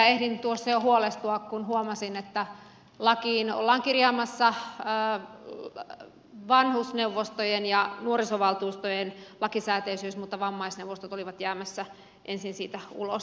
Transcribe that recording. se on erittäin tärkeä ja ehdin jo huolestua kun huomasin että lakiin ollaan kirjaamassa vanhusneuvostojen ja nuorisovaltuustojen lakisääteisyys mutta vammaisneuvostot olivat jäämässä ensin siitä ulos